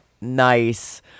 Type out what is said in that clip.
Nice